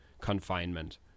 confinement